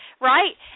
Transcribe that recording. right